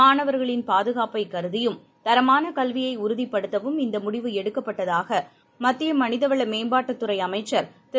மாணவர்களின் பாதுகாப்பைக் கருதியும் தரமானகல்வியைஉறுதிப்படுத்தவும் இந்தமுடிவு எடுக்கப்பட்டதாகமத்தியமனிதவளமேம்பாட்டுத் துறைஅமைச்சர் திரு